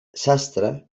sastre